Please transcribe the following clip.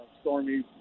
stormy